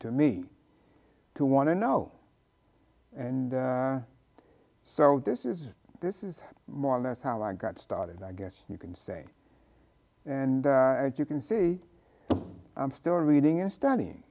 to me to want to know and so this is this is more or less how i got started i guess you can say and you can see i'm still reading and studying